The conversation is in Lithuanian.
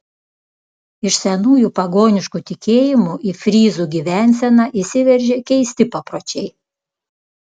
iš senųjų pagoniškų tikėjimų į fryzų gyvenseną įsiveržė keisti papročiai